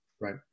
Right